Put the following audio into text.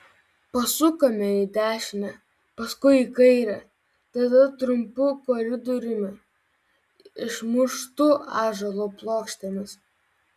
pasukame į dešinę paskui į kairę tada trumpu koridoriumi išmuštu ąžuolo plokštėmis